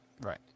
Right